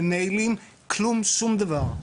במיילים, כלום, שום דבר.